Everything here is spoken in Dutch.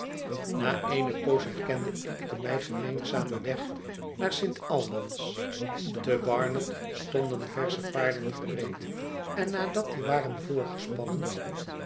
na eene poos herkende ik den mij gemeenzamen weg naar st albans te barnet stonden versche paarden gereed en nadat die waren